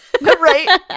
Right